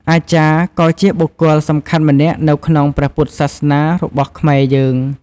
អាចារ្យ ក៏ជាបុគ្គលសំខាន់ម្នាក់នៅក្នុងព្រះពុទ្ធសាសនារបស់ខ្មែរយើង។